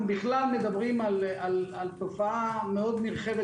אנחנו בכלל מדברים על תופעה מאוד נרחבת